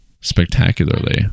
spectacularly